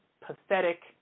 pathetic